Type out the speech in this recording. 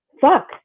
fuck